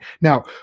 Now